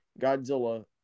Godzilla